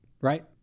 right